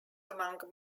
among